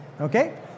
Okay